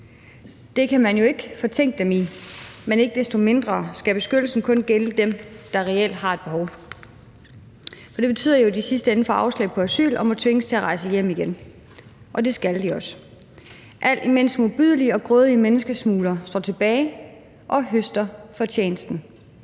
Det kan man jo ikke fortænke dem i, men ikke desto mindre skal beskyttelsen kun gælde dem, der reelt har et behov. For det betyder jo, at de i sidste ende får afslag på asyl og må tvinges til at rejse hjem igen, og det skal de også – alt imens modbydelige og grådige menneskesmuglere står tilbage og høster fortjenesten.